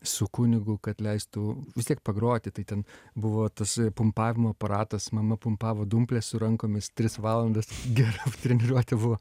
su kunigu kad leistų vis tiek pagroti tai ten buvo tasai pumpavimo aparatas mama pumpavo dumples su rankomis tris valandas gera treniruotė buvo